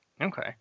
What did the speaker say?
Okay